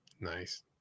nice